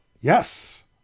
yes